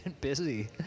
busy